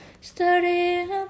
studying